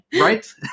right